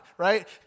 right